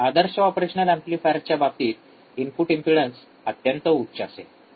आदर्श operational एम्प्लीफायर्सच्या बाबतीत input impedance अत्यंत उच्च असेल